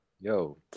yo